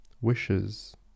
wishes